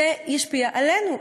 זה ישפיע עלינו.